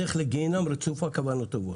הדרך לגיהינום רצופה כוונות טובות.